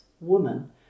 woman